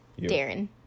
Darren